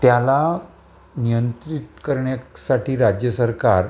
त्याला नियंत्रित करण्यासाठी राज्य सरकार